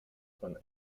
von